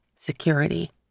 security